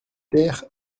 ter